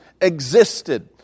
existed